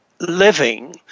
Living